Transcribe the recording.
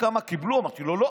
אז אדמת אויב.